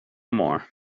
more